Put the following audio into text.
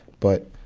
but,